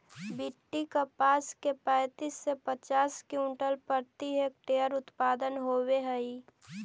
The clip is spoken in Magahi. बी.टी कपास के पैंतीस से पचास क्विंटल प्रति हेक्टेयर उत्पादन होवे हई